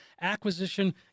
acquisition